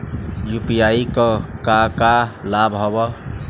UPI क का का लाभ हव?